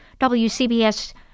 WCBS